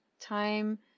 time